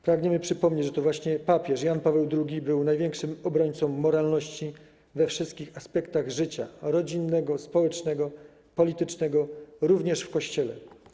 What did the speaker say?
Pragniemy przypomnieć, że to właśnie papież Jan Paweł II był największym obrońcą moralności we wszystkich aspektach życia rodzinnego, społecznego, politycznego, również w Kościele.